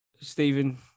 Stephen